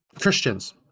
Christians